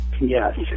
Yes